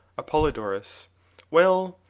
apollodorus well,